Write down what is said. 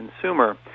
consumer